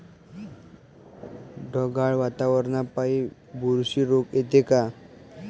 ढगाळ वातावरनापाई बुरशी रोग येते का?